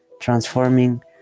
transforming